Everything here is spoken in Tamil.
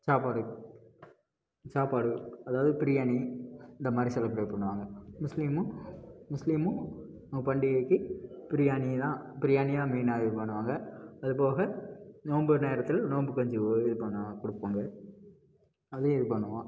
சாப்பாடு சாப்பாடு அதாவது பிரியாணி இந்தமாதிரி செலிப்ரேட் பண்ணுவாங்கள் முஸ்லிம்மு முஸ்லிம்மு அவங்க பண்டிகைக்கு பிரியாணியெலாம் பிரியாணி தான் மெயினாக இது பண்ணுவாங்கள் அது போக நோம்பு நேரத்தில் நோம்பு கஞ்சி இது பண்ணுவாங்கள் கொடுப்பாங்க அதையும் இது பண்ணுவோம்